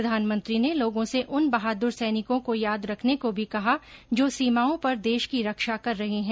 प्रधानमंत्री ने लोगों से उन बहाद्र सैनिकों को याद रखने को भी कहा जो सीमाओं पर देश की रक्षा कर रहे हैं